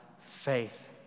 faith